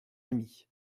ami